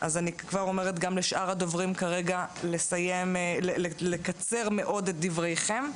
אז אני כבר אומרת לשאר הדוברים כרגע לקצר מאוד את דבריהם.